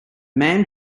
man